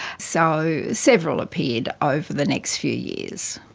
so, several appeared over the next few years.